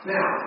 Now